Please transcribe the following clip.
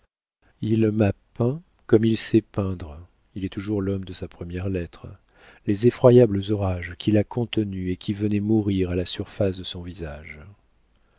il m'a peint comme il sait peindre il est toujours l'homme de sa première lettre les effroyables orages qu'il a contenus et qui venaient mourir à la surface de son visage